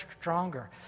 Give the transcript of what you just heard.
stronger